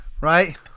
Right